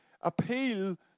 appeal